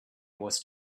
was